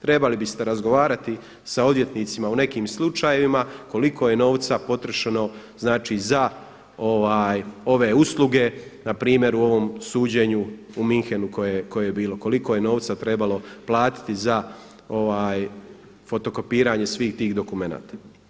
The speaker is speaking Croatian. Trebali biste razgovarati sa odvjetnicima u nekim slučajevima koliko je novca potrošeno za ove usluge, npr. u ovom suđenju u Münchenu koje je bilo, koliko je novca trebalo platiti za fotokopiranje svih tih dokumenata.